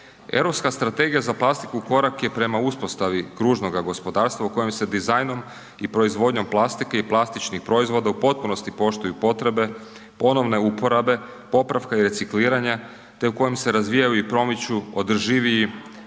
Europska strategija za plastiku korak je prema uspostavi kružnoga gospodarstva u kojem se dizajnom i proizvodnjom plastike i plastičnih proizvoda u potpunosti poštuju potrebe ponovne uporabe, popravka i recikliranja te u kojem se razvijaju i promiču održiviji